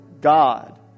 God